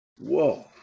whoa